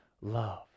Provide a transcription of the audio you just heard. love